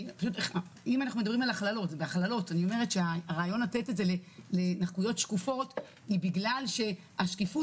אני אומרת שהרעיון לתת את זה לנכויות שקופות היא בגלל שהשקיפות,